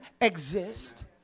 exist